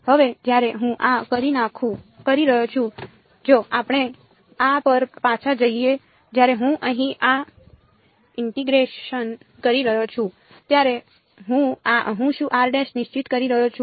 હવે જ્યારે હું આ કરી રહ્યો છું જો આપણે આ પર પાછા જઈએ જ્યારે હું અહીં આ ઇન્ટીગ્રેશન કરી રહ્યો છું ત્યારે હું શું નિશ્ચિત કરી રહ્યો છું